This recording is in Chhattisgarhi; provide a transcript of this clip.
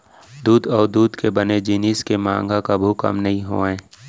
दूद अउ दूद के बने जिनिस के मांग ह कभू कम नइ होवय